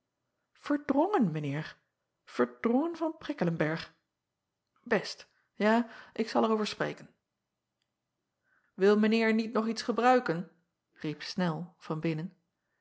erdrongen mijn eer erdrongen van rikkelenberg est a ik zal er over spreken il mijn eer niet nog iets gebruiken riep nel van binnen